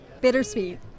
bittersweet